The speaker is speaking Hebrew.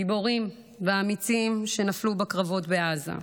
גיבורים ואמיצים שנפלו בקרבות בעזה.